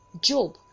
Job